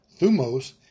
thumos